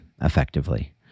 effectively